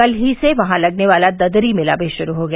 कल ही से वहां लगने वाला ददरी मेला भी शुरू हो गया